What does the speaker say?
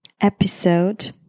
episode